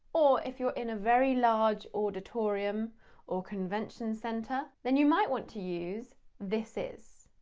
or, if you're in a very large auditorium or convention centre, then you might want to use this is,